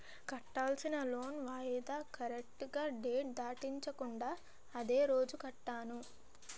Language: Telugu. కట్టాల్సిన లోన్ వాయిదా కరెక్టుగా డేట్ దాటించకుండా అదే రోజు కట్టాను